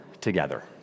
together